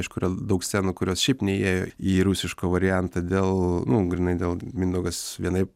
iš kurio daug scenų kurios šiaip neįėjo į rusišką variantą dėl nu grynai dėl mindaugas vienaip